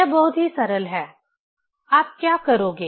यह बहुत ही सरल है आप क्या करोगे